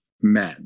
men